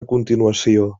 continuació